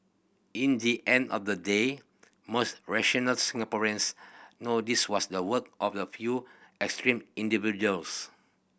in the end of the day most rational Singaporeans know this was the work of a few extreme individuals